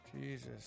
jesus